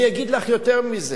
אני אגיד לך יותר מזה,